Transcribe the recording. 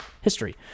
history